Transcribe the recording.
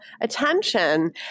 attention